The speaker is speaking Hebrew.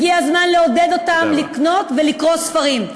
הגיע הזמן לעודד אותם לקנות ולקרוא ספרים.